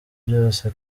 byose